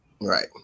Right